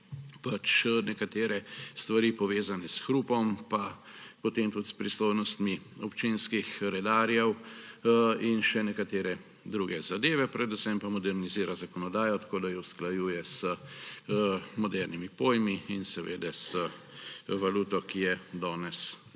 nekatere stvari, povezane s hrupom, pa potem tudi s pristojnostmi občinskih redarjev in še nekatere druge zadeve. Predvsem pa modernizira zakonodajo tako, da jo usklajuje z modernimi pojmi in seveda z valuto, ki je danes v